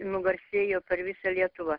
nugarsėjo per visą lietuvą